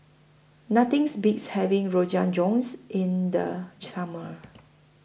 Nothing Beats having Rogan Josh in The Summer